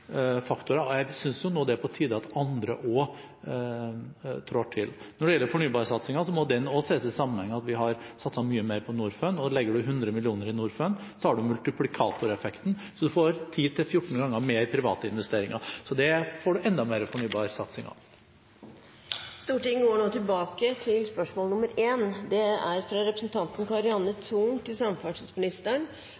faktorer, og jeg synes det er på tide nå at andre også trår til. Når det gjelder fornybarsatsingen, må den også ses i sammenheng med at vi har satset mye mer på Norfund, og legger man 100 mill. kr i Norfund, har man multiplikatoreffekten, så man får 10–14 ganger mer private investeringer. Det får man enda mer fornybarsatsing av. Vi går tilbake til spørsmål 1, fra representanten Karianne O. Tung til samferdselsministeren.